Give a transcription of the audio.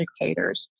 indicators